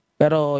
pero